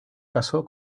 caso